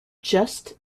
just